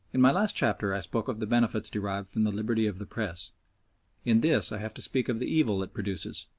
in my last chapter i spoke of the benefits derived from the liberty of the press in this i have to speak of the evil it produces,